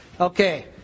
Okay